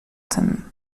tym